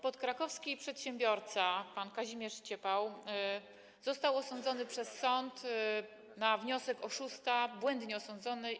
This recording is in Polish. Podkrakowski przedsiębiorca pan Kazimierz Ciepał został osądzony przez sąd na wniosek oszusta - błędnie osądzony.